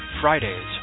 Fridays